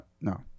No